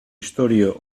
istorio